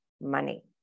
money